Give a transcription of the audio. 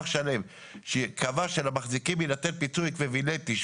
שלם שקבע שלמחזיקים יינתן פיצוי אקוויוולנטי,